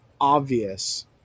obvious